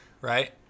right